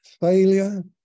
failure